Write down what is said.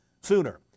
sooner